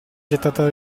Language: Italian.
gettata